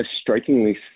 strikingly